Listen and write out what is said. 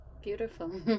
beautiful